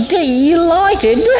delighted